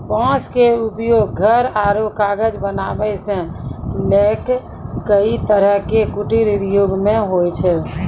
बांस के उपयोग घर आरो कागज बनावै सॅ लैक कई तरह के कुटीर उद्योग मॅ होय छै